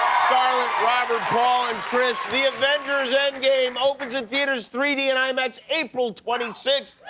scarlett, robert, paul, and chris. the avengers end game opens in theaters, three d and imax april twenty six.